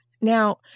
Now